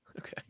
Okay